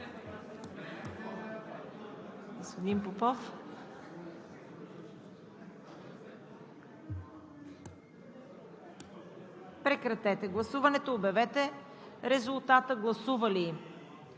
прекратете гласуването и обявете резултата. Гласували